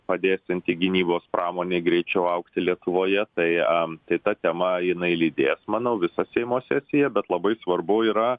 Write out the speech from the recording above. padėsianti gynybos pramonei greičiau augti lietuvoje tai am tai ta tema jinai lydės manau visą seimo sesiją bet labai svarbu yra